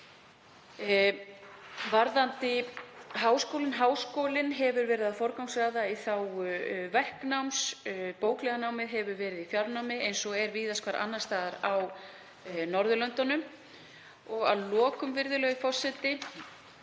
Varðandi háskóla: Háskólinn hefur verið að forgangsraða í þágu verknáms. Bóklega námið hefur verið í fjarnámi, eins og er víðast hvar annars staðar á Norðurlöndunum. Að lokum, virðulegur forseti,